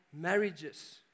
marriages